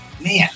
man